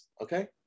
okay